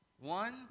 one